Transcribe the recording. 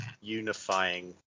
unifying